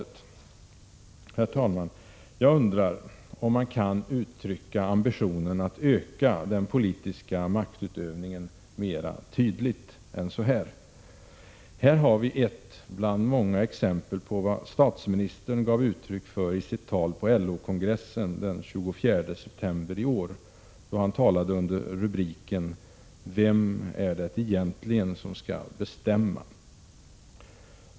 Jag undrar om man kan uttrycka ambitionen att öka den politiska maktutövningen mera tydligt än så? Här har vi ett bland många exempel på vad statsministern gav uttryck för i sitt tal på LO-kongressen den 24 september i år, då han talade under rubriken ”Vem är det egentligen som ska bestämma?”.